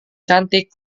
cantik